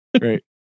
Right